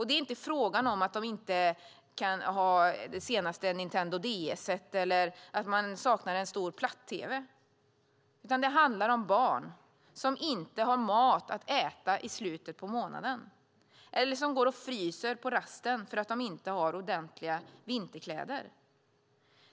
Det är inte fråga om att de inte äger det senaste Nintendo DS eller saknar en stor platt-tv. Det handlar om barn som inte har mat att äta i slutet på månaden eller som fryser på rasten för att de inte har ordentliga vinterkläder.